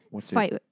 fight